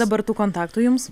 dabar tų kontaktų jums